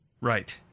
Right